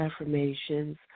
affirmations